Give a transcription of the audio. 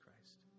Christ